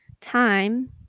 time